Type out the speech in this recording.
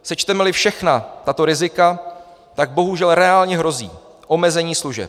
Sečtemeli všechna tato rizika, bohužel reálně hrozí omezení služeb.